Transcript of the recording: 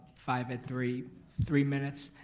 five at three three minutes.